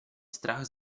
strach